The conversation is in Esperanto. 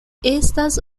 estas